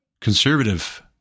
conservative